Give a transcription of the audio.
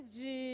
de